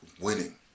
winning